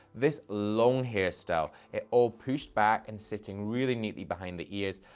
this long hairstyle, it all pushed back and sitting really neatly behind the ears.